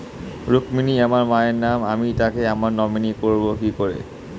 রুক্মিনী আমার মায়ের নাম আমি তাকে আমার নমিনি করবো কি করে?